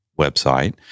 website